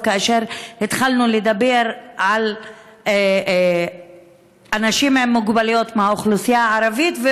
כאשר התחלנו לדבר על אנשים עם מוגבלויות באוכלוסייה הערבית,